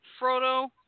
Frodo